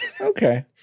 Okay